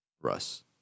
Russ